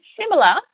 similar